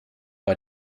bei